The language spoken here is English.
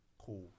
Cool